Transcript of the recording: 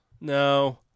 No